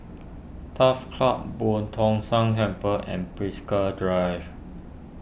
Turf Club Boo Tong San Temple and Drive